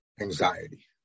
anxiety